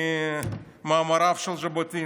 ממאמריו של ז'בוטינסקי: